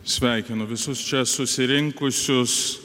sveikinu visus čia susirinkusius